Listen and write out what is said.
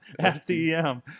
FDM